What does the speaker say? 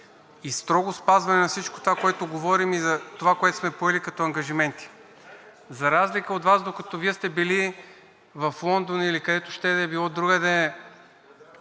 и строго спазване на всичко това, което говорим, и на това, което сме поели като ангажименти. За разлика от Вас, докато Вие сте били в Лондон или където ще да е другаде,